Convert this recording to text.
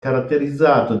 caratterizzato